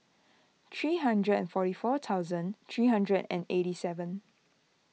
three hundred and forty four thousand three hundred and eighty seven